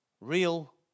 real